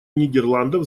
нидерландов